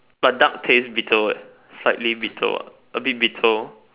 but dark taste bitter what slightly bitter what a bit bitter